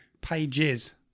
pages